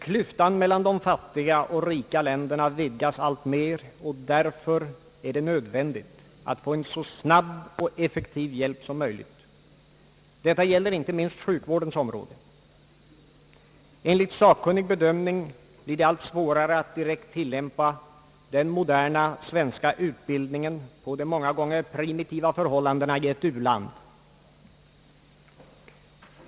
Klyftan mellan de fattiga och rika länderna vidgas alltmer, och det är därför nödvändigt att få en så snabb och effektiv hjälp som möjligt. Detta gäller inte minst sjukvårdens område. Enligt sakkunnig bedömning blir det allt svårare att direkt tillämpa den moderna svenska utbildningen på de många gånger primitiva förhållandena i ett u-land.